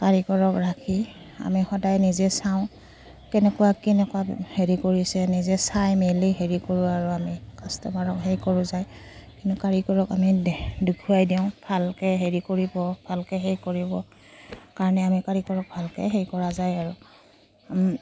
কাৰিকক ৰাখি আমি সদায় নিজে চাওঁ কেনেকুৱা কেনেকুৱা হেৰি কৰিছে নিজে চাই মেলি হেৰি কৰোঁ আৰু আমি কাষ্টমাৰক হেৰি কৰোঁ যায় কিন্তু কাৰিকৰক আমি দুখুৱাই দিওঁ ভালকৈ হেৰি কৰিব ভালকৈ সেই কৰিব কাৰণে আমি কাৰিকৰক ভালকৈ হেৰি কৰা যায় আৰু